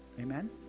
Amen